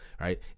right